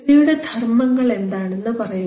ഇവയുടെ ധർമ്മങ്ങൾ എന്താണെന്ന് പറയുക